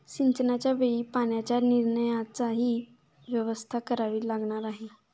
सिंचनाच्या वेळी पाण्याच्या निचर्याचीही व्यवस्था करावी लागणार आहे